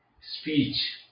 speech